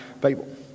Bible